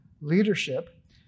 leadership